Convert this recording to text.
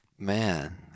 Man